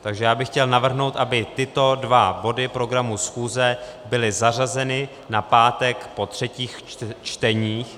Takže já bych chtěl navrhnout, aby tyto dva body programu schůze byly zařazeny na pátek po třetích čteních.